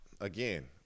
again